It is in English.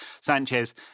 Sanchez